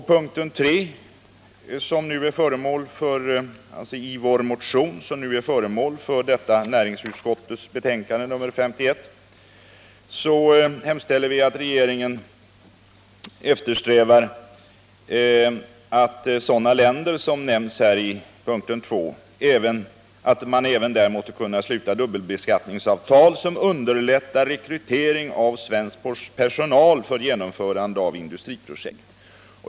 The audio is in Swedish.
I punkten 3 i vår motion hemställer vi att riksdagen uttalar sig för att regeringen bör eftersträva att med sådana länder som nämnts i punkten 2 även sluta dubbelbeskattningsavtal som underlättar rekrytering av svensk personal för genomförande av industriprojekt.